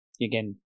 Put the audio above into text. again